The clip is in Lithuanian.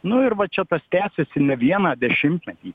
nu ir va čia tas tęsiasi ne vieną dešimtmetį